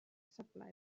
zapla